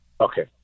Okay